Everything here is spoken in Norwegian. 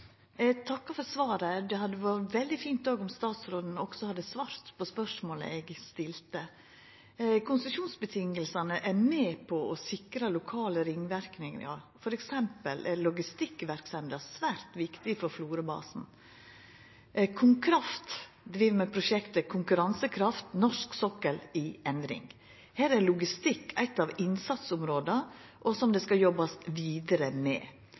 takkar for svaret. Det hadde òg vore veldig fint om statsråden hadde svart på spørsmålet eg stilte. Konsesjonsvilkåra er med på å sikra lokale ringverknader, f.eks. er logistikkverksemda svært viktig for Florø-basen. KonKraft driv med prosjektet «Konkurransekraft – norsk sokkel i endring». Her er logistikk eit av innsatsområda som ein skal jobba vidare med.